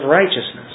righteousness